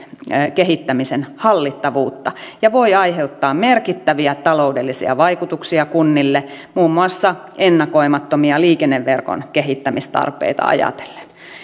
kehittämisen hallittavuutta ja voi aiheuttaa merkittäviä taloudellisia vaikutuksia kunnille muun muassa ennakoimattomia liikenneverkon kehittämistarpeita ajatellen